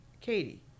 Katie